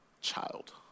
child